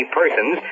persons